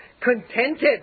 Contented